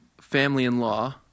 family-in-law